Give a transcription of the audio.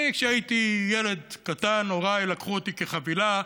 כשהייתי ילד קטן הוריי לקחו אותי כחבילה,